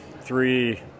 three